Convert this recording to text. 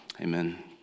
Amen